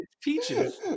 peaches